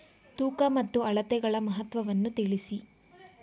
ತೂಕ ಮತ್ತು ಅಳತೆಗಳ ಮಹತ್ವವನ್ನು ತಿಳಿಸಿ?